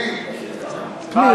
פנים,